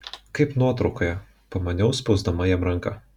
kaip nuotraukoje pamaniau spausdama jam ranką